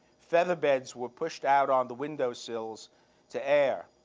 feather beds were pushed out on the windowsills to air.